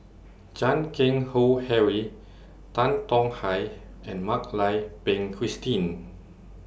Chan Keng Howe Harry Tan Tong Hye and Mak Lai Peng Christine